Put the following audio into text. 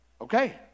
okay